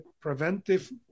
preventive